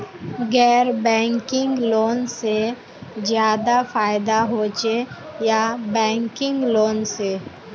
गैर banking loan से ज्यादा फायदा होचे या बैंकिंग लोन से?